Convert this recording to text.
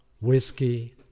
whiskey